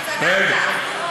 אותי.